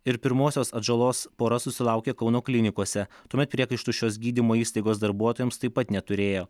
ir pirmosios atžalos pora susilaukė kauno klinikose tuomet priekaištų šios gydymo įstaigos darbuotojams taip pat neturėjo